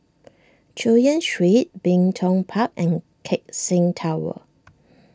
Chu Yen Street Bin Tong Park and Keck Seng Tower